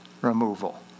removal